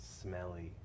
Smelly